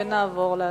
ונעבור להצבעה.